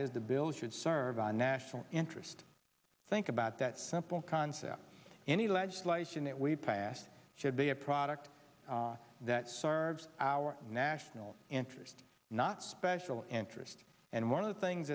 is the bill should serve our national interest i think about that simple concept any legislation that we passed should be a product that serves our national interest not special interest and one of the things